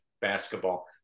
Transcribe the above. basketball